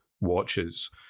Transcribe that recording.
watches